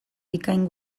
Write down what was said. bikain